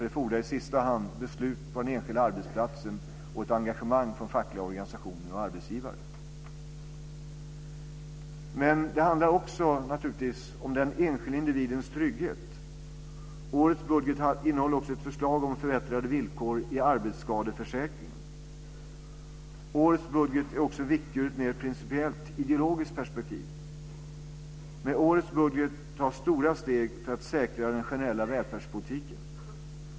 Det fordrar i sista hand beslut på den enskilda arbetsplatsen och ett engagemang från fackliga organisationer och arbetsgivare. Det handlar naturligtvis också om den enskilde individens trygghet. Årets budget innehåller också ett förslag om förbättrade villkor i arbetsskadeförsäkringen. Årets budget är också viktig ur ett principiellt ideologiskt perspektiv. Med årets budget tas stora steg för att säkra den generella välfärdspolitiken.